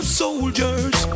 soldiers